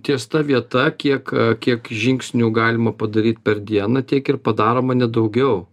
ties ta vieta kiek kiek žingsnių galima padaryt per dieną tiek ir padaroma ne daugiau